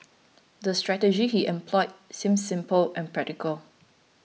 the strategies he employed seemed simple and practical